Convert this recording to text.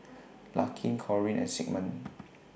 Larkin Corine and Sigmund